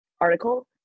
article